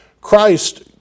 Christ